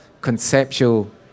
conceptual